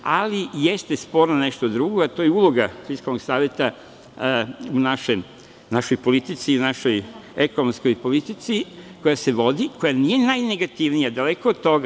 Ali, jeste sporno nešto drugo, a to je uloga Fiskalnog saveta u našoj politici, našoj ekonomskoj politici, koja se vodi i koja nije najnegativnija, daleko od toga.